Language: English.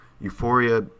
Euphoria